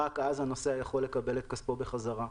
רק אז הנוסע יכול לקבל כספו בחזרה.